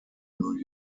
new